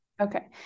Okay